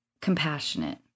compassionate